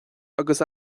agus